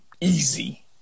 easy